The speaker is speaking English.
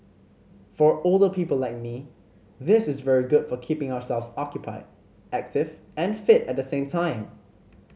for older people like me this is very good for keeping ourselves occupied active and fit at the same time